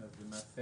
למעשה